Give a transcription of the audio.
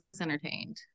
entertained